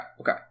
Okay